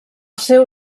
seu